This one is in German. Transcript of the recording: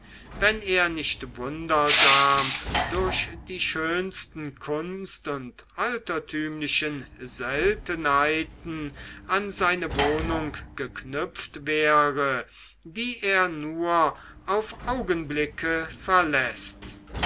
wenn er nicht wundersam durch die schönsten kunst und altertümlichen seltenheiten an seine wohnung geknüpft wäre die er nur auf augenblicke verläßt